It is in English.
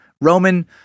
Roman